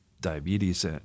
diabetes